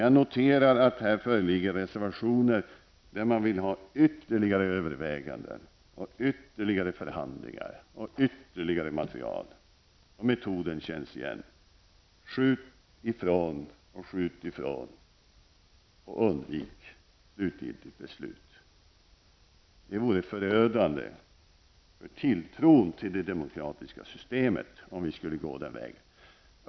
Jag noterar att det här föreligger reservationer där man vill ha ytterligare överväganden, ytterligare förhandlingar och ytterligare material. Metoden känns igen. Skjut ifrån och undvik slutgiltigt beslut. Det vore förödande för tilltron till de demokratiska systemet om vi skulle gå den vägen.